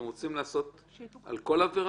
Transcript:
אתם רוצים לעשות על כל עבירה?